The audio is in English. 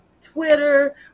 Twitter